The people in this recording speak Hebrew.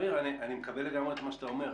עמיר, אני מקבל לגמרי את מה שאתה אומר.